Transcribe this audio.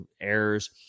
errors